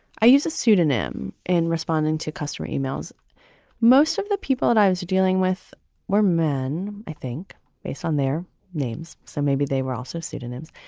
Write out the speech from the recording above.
i use a pseudonym in responding to customer emails most of the people that i was dealing with were men. i think based on their names. so maybe they were also pseudonyms.